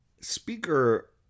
Speaker